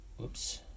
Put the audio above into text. oops